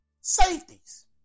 safeties